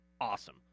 awesome